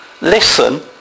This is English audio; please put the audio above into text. listen